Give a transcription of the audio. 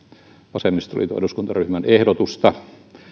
vasemmistoliiton eduskuntaryhmän ehdotusta